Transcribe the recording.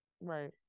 Right